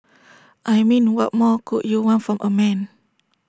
I mean what more could you want from A man